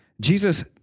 Jesus